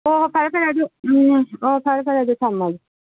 ꯍꯣꯏ ꯍꯣꯏ ꯐꯔꯦ ꯐꯔꯦ ꯑꯗꯨ ꯎꯝ ꯑꯣ ꯐꯔꯦ ꯐꯔꯦ ꯑꯗꯨꯗꯤ ꯊꯝꯃꯒꯦ